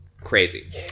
crazy